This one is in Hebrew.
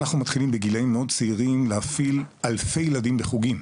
אנחנו מתחילים בגילאים מאוד צעירים להפעיל אלפי ילדים בחוגים,